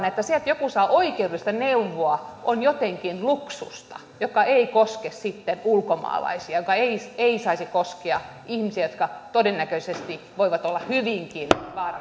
että se että joku saa oikeudellista neuvoa on jotenkin luksusta joka ei koske ulkomaalaisia ja joka ei ei saisi koskea ihmisiä jotka todennäköisesti voivat olla hyvinkin